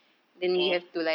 mm